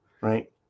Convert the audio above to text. right